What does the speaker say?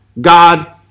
God